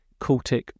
cultic